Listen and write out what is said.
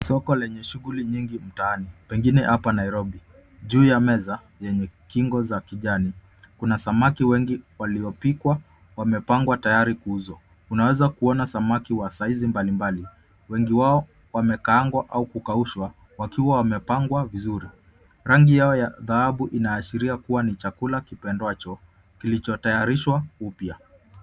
Soko lenye shughuli nyingi mtaani pengine hapa Nairobi. Juu ya meza yenye kingo za kijani, kuna samaki wengi waliopikwa wamepangwa tayari kuuzwa. Tunaweza kuona samaki wa size mbalimbali. Wengi wao wamekaangwa au kukaushwa wakiwa wamepangwa vizuri. Rangi yao ya dhahabu inaashiria kuwa ni chakula kipendwacho kilichotayarishwa upya.